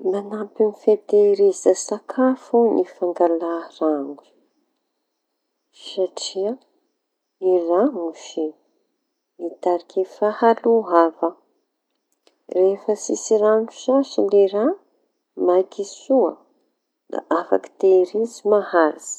Manampy amin'ny fitehir izy sakafo ny fangalaha raño satria ny raño moa se mitariky fahaloava. Rehefa tsisy raño sasy le raha maïky soa da afaky tehirizy maharitsy.